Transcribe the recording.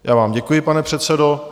Já vám děkuji, pane předsedo.